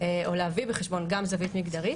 או להביא בחשבון גם זווית מגדרית.